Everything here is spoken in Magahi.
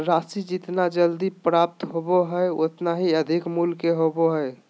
राशि जितना जल्दी प्राप्त होबो हइ उतना ही अधिक मूल्य के होबो हइ